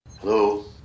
Hello